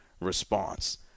response